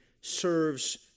serves